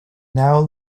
now